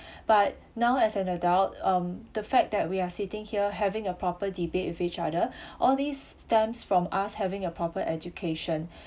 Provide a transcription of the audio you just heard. but now as an adult um the fact that we are sitting here having a proper debate with each other all these stems from us having a proper education